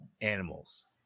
animals